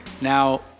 Now